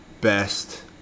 Best